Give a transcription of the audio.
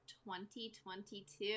2022